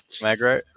magro